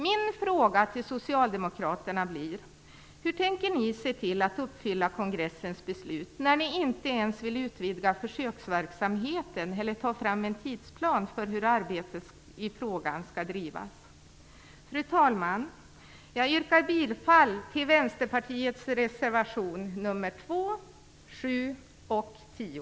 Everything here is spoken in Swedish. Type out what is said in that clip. Min fråga till socialdemokraterna blir: Hur tänker ni uppfylla kongressens beslut när ni inte ens vill utvidga försöksverksamheten eller ta fram en tidsplan för hur arbetet i frågan skall drivas? Fru talman! Jag yrkar bifall till Vänsterpartiets reservationer nr 2, 7 och 10.